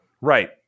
right